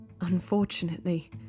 Unfortunately